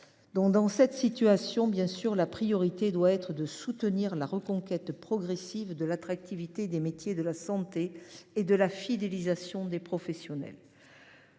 Dans cette situation, bien sûr, la priorité doit être de soutenir la reconquête progressive de l’attractivité des métiers de la santé et de la fidélisation des professionnels.